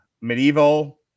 Medieval